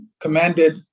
commanded